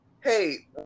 hey